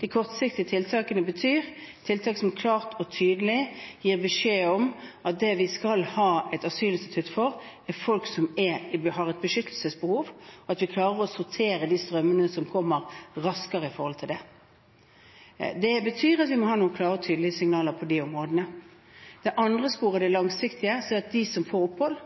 De kortsiktige tiltakene betyr tiltak som klart og tydelig gir beskjed om at dem vi skal ha et asylinstitutt for, er folk som har et beskyttelsesbehov, at vi klarer å sortere de strømmene som kommer, raskere opp mot det. Det betyr at vi må ha noen klare og tydelige signaler på de områdene. Det andre sporet, det langsiktige, er at de som får opphold,